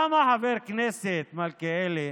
למה חבר כנסת מלכיאלי